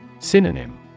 Synonym